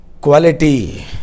quality